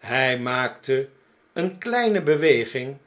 hn maakte een kleine beweging